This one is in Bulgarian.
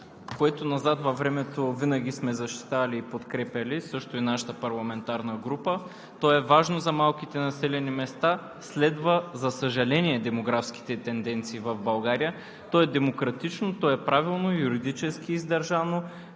което назад във времето винаги сме защитавали и подкрепяли също и от нашата парламентарна група. То е важно за малките населени места. Следва, за съжаление, демографските тенденции в България. То е демократично, то е правилно и юридически издържано.